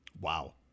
Wow